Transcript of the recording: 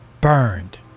burned